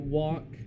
walk